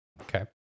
Okay